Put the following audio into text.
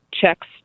checks